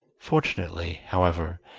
fortunately, however,